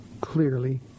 clearly